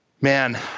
Man